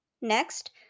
Next